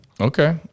Okay